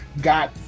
got